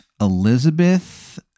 Elizabeth